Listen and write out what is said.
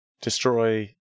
destroy